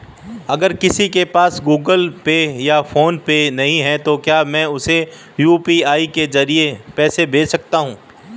अगर किसी के पास गूगल पे या फोनपे नहीं है तो क्या मैं उसे यू.पी.आई के ज़रिए पैसे भेज सकता हूं?